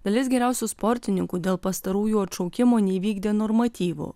dalis geriausių sportininkų dėl pastarųjų atšaukimo neįvykdė normatyvų